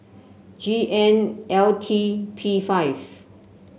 G N L T P five